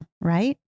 right